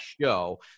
show